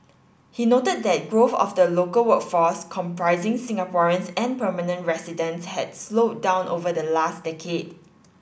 he noted that growth of the local workforce comprising Singaporeans and permanent residents had slowed down over the last decade